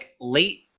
late